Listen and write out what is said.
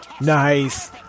nice